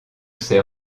ces